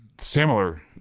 similar